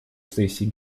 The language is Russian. сессии